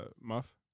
Muff